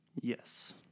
Yes